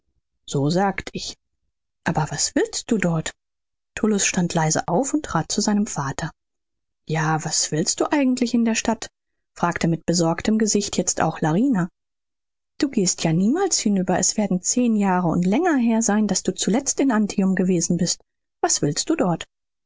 so sagt ich aber was willst du dort tullus stand leise auf und trat zu seinem vater ja was willst du eigentlich in der stadt fragte mit besorgtem gesicht jetzt auch larina du gehst ja niemals hinüber es werden zehn jahre und länger her sein daß du zuletzt in antium gewesen bist was willst du dort